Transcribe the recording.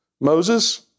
Moses